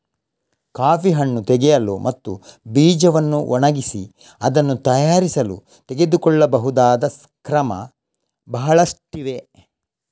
coffee ಹಣ್ಣು ತೆಗೆಯಲು ಮತ್ತು ಬೀಜವನ್ನು ಒಣಗಿಸಿ ಅದನ್ನು ತಯಾರಿಸಲು ತೆಗೆದುಕೊಳ್ಳಬಹುದಾದ ಕ್ರಮ ಬಹಳಷ್ಟಿವೆ